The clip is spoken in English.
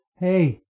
Hey